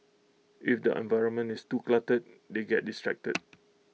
if the environment is too cluttered they get distracted